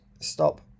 stop